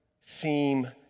seem